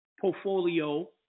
portfolio